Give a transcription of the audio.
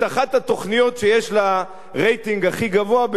אחת התוכניות שיש לה הרייטינג הכי גבוה,